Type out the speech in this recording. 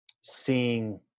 seeing